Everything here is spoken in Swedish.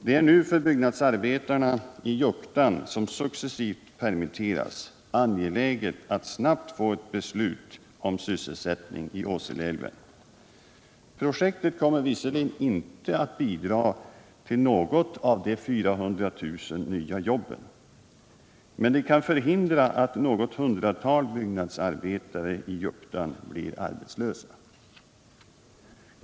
Det är för byggnadsarbetarna i Juktan, som successivt permitteras, angeläget att snart få ett beslut om sysselsättning när det gäller Åseleälven. Projektet kommer visserligen inte att bidra till de 400 000 nya jobben, men det kan hindra att något hundratal byggnadsarbetare i Juktan blir arbetslösa.